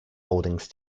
holdings